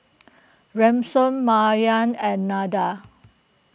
Ransom Maryann and Nada